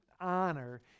honor